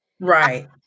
Right